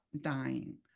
dying